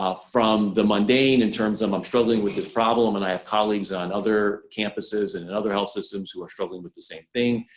from the mundane in terms of i'm struggling with his problem and i have colleagues on other campuses and and other health systems who are struggling with the same thing.